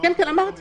אמרתי